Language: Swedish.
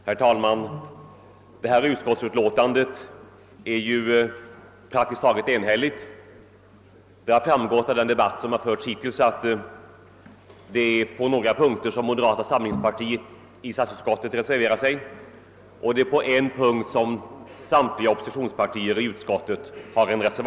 Herr talman! Förevarande utskottsutlåtande är praktiskt taget enhälligt. Som framgått av debatten har moderata samlingspartiet fogat reservationer till utlåtandet på några punkter och samtliga oppositionspartier i utskottet på en punkt.